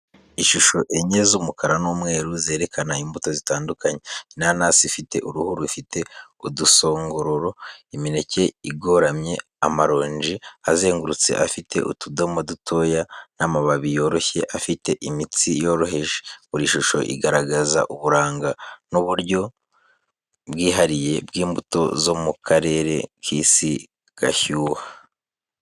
Ishusho enye z’umukara n’umweru, zerekana imbuto zitandukanye: inanasi ifite uruhu rufite udusongororo, imineke igoramye, amaronji azengurutse afite utudomo dutoya, n’amababi yoroshye afite imitsi yoroheje. Buri shusho igaragaza uburanga n’uburyo bwihariye bw’imbuto zo mu karere k’isi gashyuha.